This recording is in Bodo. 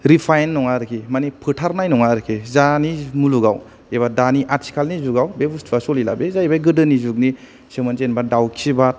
रिफाइन नङा आरोखि मानि फोथारनाय नङा आरोखि दानि मुलुगाव एबा आथिखालनि जुगाव बे बुसथुवा सलिला बे जाहैबाय गोदोनि जुगनि सोमोन दावखि बाद